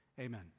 amen